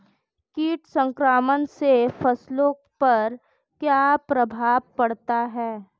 कीट संक्रमण से फसलों पर क्या प्रभाव पड़ता है?